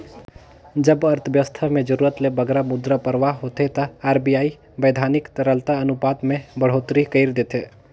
जब अर्थबेवस्था में जरूरत ले बगरा मुद्रा परवाह होथे ता आर.बी.आई बैधानिक तरलता अनुपात में बड़होत्तरी कइर देथे